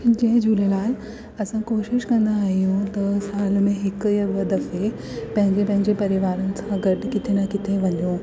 जय झूलेलाल असां कोशिशि कंदा आहियूं त साल में हिकु या ॿ दफ़े पंहिंजे पंहिंजे परिवारनि सां गॾु किथे न किथे वञू